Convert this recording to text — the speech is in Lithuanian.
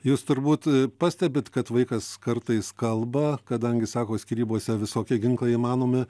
jūs turbūt a pastebit kad vaikas kartais kalba kadangi sako skyrybose visokie ginklai įmanomi